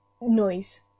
Noise